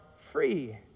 free